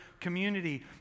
community